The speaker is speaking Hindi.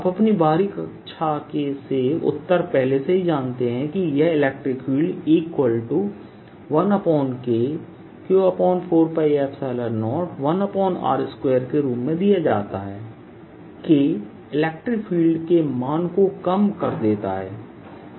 आप अपनी बारहवीं कक्षा से उत्तर पहले से ही जानते हैं कि यह इलेक्ट्रिक फील्ड E1KQ4π01r2 के रूप में दिया जाता है K इलेक्ट्रिक फील्ड के मान को कम कर देता है